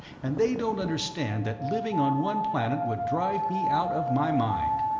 and they don't understand that living on one planet would drive me out of my mind.